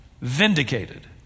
vindicated